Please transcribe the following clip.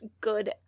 good